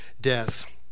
death